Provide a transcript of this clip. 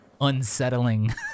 unsettling